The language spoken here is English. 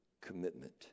commitment